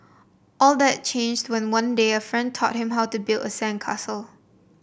all that changed when one day a friend taught him how to build a sandcastle